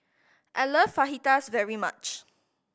I like Fajitas very much